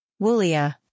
Wulia